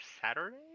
Saturday